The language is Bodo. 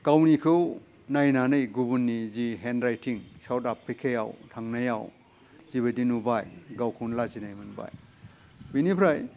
गावनिखौ नायनानै गुबुननि जि हेन्ड राइथिं साउथ आफ्रिकायाव थांनायाव जेबायदि नुबाय गावखौनो लाजिनाय मोनबाय बेनिफ्राय